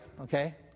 Okay